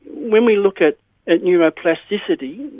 when we look at at neuroplasticity,